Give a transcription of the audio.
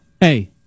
hey